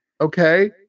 okay